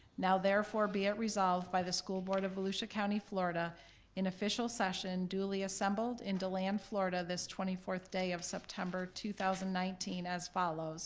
now therefore be it resolved by the school board of volusia county, florida in official session duly assembled in deland, florida this twenty fourth day of september, two thousand and nineteen as follows